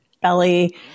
belly